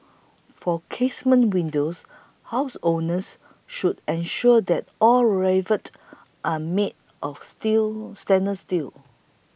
for casement windows homeowners should ensure that all rivets are made of steel stainless steel